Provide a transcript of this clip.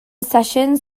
session